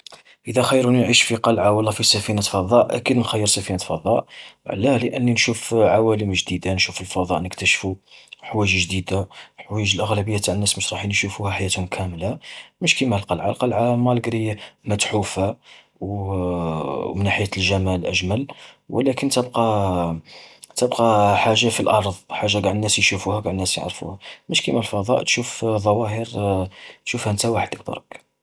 إذا خيروني نعيش في قلعة ولا في سفينة فضاء، أكيد نخيّر سفينة فضاء. علاه؟ لأني نشوف عوالم جديدة نشوف الفضاء نكتشفو، حوايج جديدة حوايج الأغلبية تع الناس مش رايحين يشوفوها حياتهم كاملة. مش كيما القلعة، القلعة مالقري متحوفة، و ومن ناحية الجمال أجمل، ولكن تبقى تبقى حاجة في الأرض، حاجة قاع الناس يشوفوها وقاع الناس يعرفوها، مش كيما في الفضاء تشوف ظواهر تشوفها نتا وحدك برك.